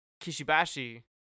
Kishibashi